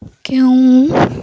କେଉଁ